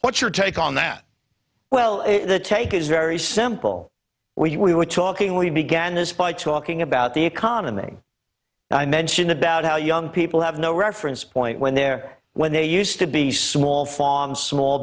what your take on that well the take is very simple we were talking we began this by talking about the economy and i mentioned about how young people have no reference point when they're when they used to be small farms small